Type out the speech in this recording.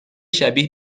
شبیه